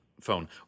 phone